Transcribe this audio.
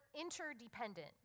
interdependent